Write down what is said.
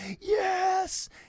yes